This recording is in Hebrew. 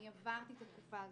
אני עברתי את התקופה הזאת.